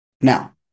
Now